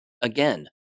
Again